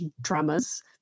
dramas